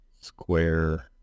square